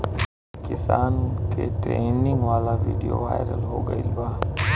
किसान के ट्रेनिंग वाला विडीओ वायरल हो गईल बा